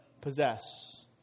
possess